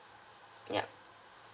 yup